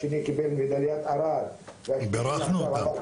השני קיבל מדליית ארד והשלישי --- בירכנו אותם.